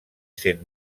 cent